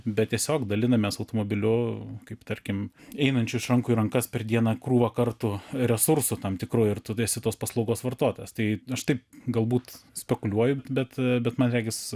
bet tiesiog dalinamės automobiliu kaip tarkim einančiu iš rankų į rankas per dieną krūvą kartu resursu tam tikru ir tu esi tos paslaugos vartotojas tai aš taip galbūt spekuliuoju bet bet man regis